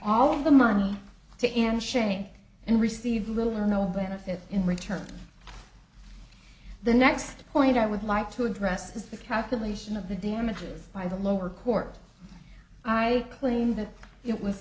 all the money to and shamed and receive little or no benefit in return the next point i would like to address is the calculation of the damages by the lower court i claim that it w